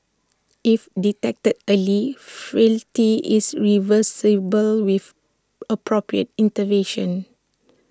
if detected early frailty is reversible with appropriate intervention